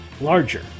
larger